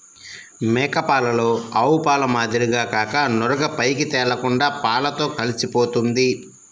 మేక పాలలో ఆవుపాల మాదిరిగా కాక నురుగు పైకి తేలకుండా పాలతో కలిసిపోతుంది